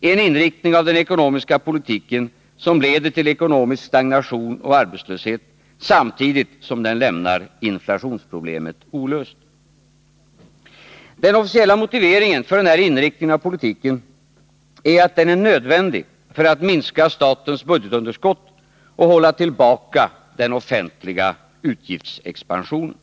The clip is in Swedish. en inriktning av den ekonomiska politiken som leder till ekonomisk stagnation och arbetslöshet, samtidigt som den lämnar inflationsproblemet olöst. Den officiella motiveringen för denna inriktning av politiken är dess nödvändighet för att minska statens budgetunderskott och hålla tillbaka den offentliga utgiftsexpansionen.